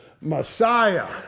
Messiah